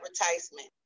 advertisement